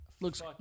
looks